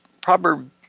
proverb